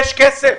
יש כסף?